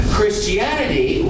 Christianity